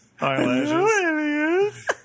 eyelashes